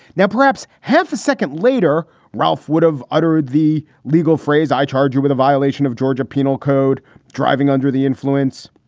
now, perhaps half a second later, ralph would have uttered the legal phrase, i charge you with a violation of georgia penal code driving under the influence.